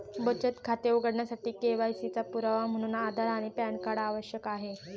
बचत खाते उघडण्यासाठी के.वाय.सी चा पुरावा म्हणून आधार आणि पॅन कार्ड आवश्यक आहे